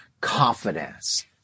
confidence